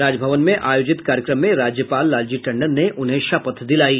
राजभवन में आयोजित कार्यक्रम में राज्यपाल लालजी टंडन ने उन्हें शपथ दिलायी